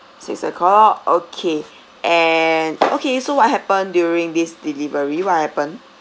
six O'clock okay and okay so what happened during this delivery what happened